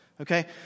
Okay